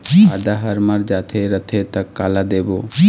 आदा हर मर जाथे रथे त काला देबो?